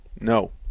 No